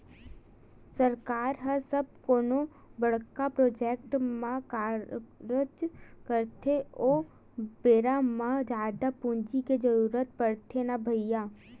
सरकार ह जब कोनो बड़का प्रोजेक्ट म कारज करथे ओ बेरा म जादा पूंजी के जरुरत पड़थे न भैइया